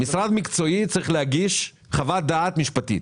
משרד מקצועי צריך להגיש חוות דעת משפטית.